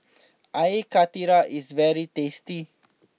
Air Karthira is very tasty